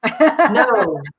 No